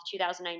2019